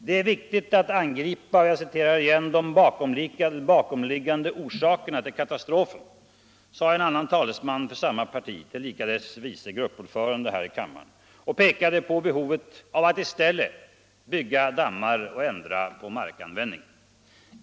Det är viktigt att angripa ”de bakomliggande orsakerna till katastrofen” sade en annan talesman för samma parti, tillika dess vice gruppordförande här i kammaren, och pekade på behovet att i stället bygga dammar och ändra markanvändningen.